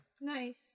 Nice